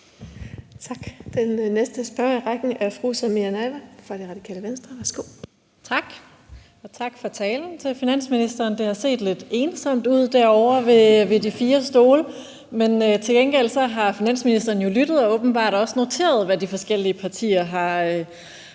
Tak. Den næste spørger i rækken er fru Samira Nawa fra Radikale Venstre. Værsgo. Kl. 17:01 Samira Nawa (RV): Tak, og tak for talen til finansministeren. Det har set lidt ensomt ud derovre ved de fire stole, men til gengæld har finansministeren jo lyttet og åbenbart også noteret, hvad de forskellige partier har